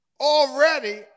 already